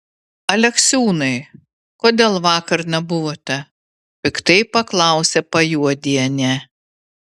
aleksiūnai kodėl vakar nebuvote piktai paklausė pajuodienė